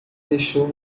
deixou